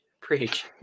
Preach